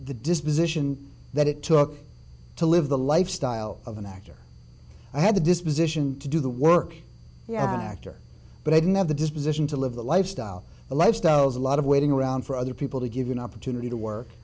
disposition that it took to live the lifestyle of an actor i had the disposition to do the work yeah an actor but i didn't have the disposition to live the lifestyle the lifestyle is a lot of waiting around for other people to give you an opportunity to work